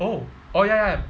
oh oh ya ya